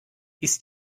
ist